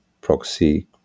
proxy